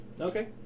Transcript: Okay